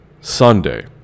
Sunday